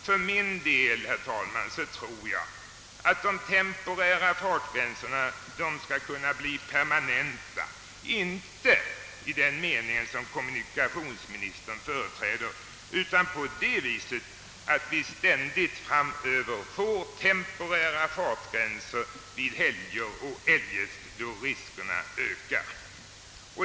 Jag tror, herr talman, att de temporära fartgränserna skulle kunna bli permanenta, men inte i den mening som kommunikationsministern företräder utan på det sättet att vi i framtiden får temporära fartgränser vid helger och eljest då riskerna ökar.